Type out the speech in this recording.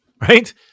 right